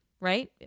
Right